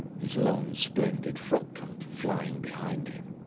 his long splendid frock-coat flying behind him.